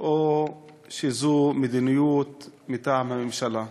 או שזו מדיניות מטעם הממשלה.